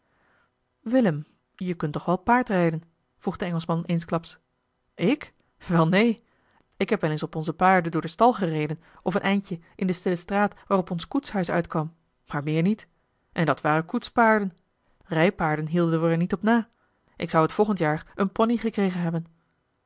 willem je kunt toch wel paard rijden vroeg de engelschman eensklaps ik wel neen ik heb wel eens op onze paarden door den stal gereden of een eindje in de stille straat waarop ons koetshuis uitkwam maar meer niet en dat waren koetspaarden rijpaarden hielden we er niet op na ik zou t volgend jaar een poney gekregen hebben